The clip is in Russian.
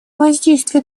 воздействие